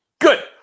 Good